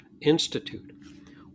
institute